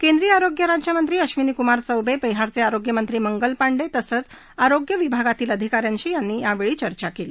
केंद्रीय आरोग्य राज्यमंत्री अश्विनी कुमार चौबे बिहारचे आरोग्यमंत्री मंगल पांडे तसंच आरोग्य विभागातील अधिकाऱ्यांशी त्यांनी यावेळी चर्चा केली